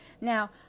Now